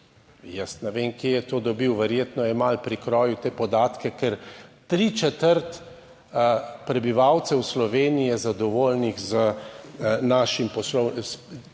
Jaz ne vem, kje je to dobil, verjetno je malo prikrojil te podatke, ker tri četrt prebivalcev Slovenije je zadovoljnih z našim birokratskim